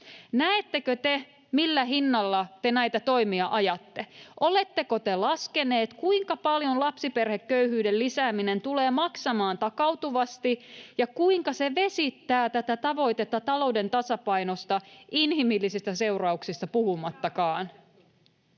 Näettekö te, millä hinnalla te näitä toimia ajatte? Oletteko te laskeneet, kuinka paljon lapsiperheköyhyyden lisääminen tulee maksamaan takautuvasti ja kuinka se vesittää tätä tavoitetta talouden tasapainosta, inhimillisistä seurauksista puhumattakaan?